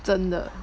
真的